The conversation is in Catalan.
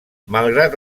malgrat